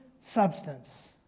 substance